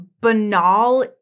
banal